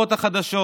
במהדורות החדשות,